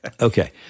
Okay